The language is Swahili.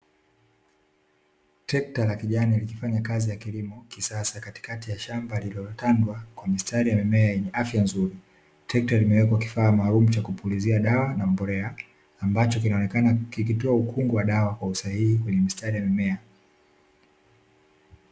Trekta la kijani likifanya kazi ya kilimo kisasa katikati ya shamba lililotandwa kwa mistari ya mimea yenye afya nzuri. Trekta limewekwa kifaa maalumu cha kupulizia dawa na mbolea, ambacho kinaonekana kikitoa ukungu wa dawa kwa usahihi kwenye mistari ya mimea.